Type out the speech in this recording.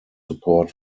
support